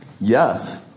yes